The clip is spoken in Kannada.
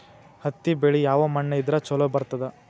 ಹತ್ತಿ ಬೆಳಿ ಯಾವ ಮಣ್ಣ ಇದ್ರ ಛಲೋ ಬರ್ತದ?